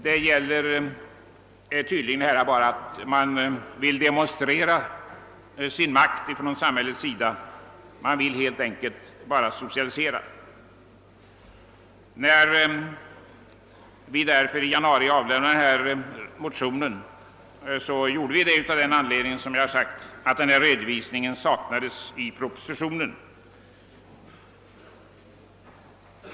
Det gäller tydligen här bara att man vill demonstrera sin makt. Man vill helt enkelt bara socialisera. När vi i januari avlämnade motionen, gjorde vi det av den anledningen att denna redovisning saknades i propositionen.